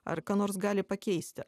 ar ką nors gali pakeisti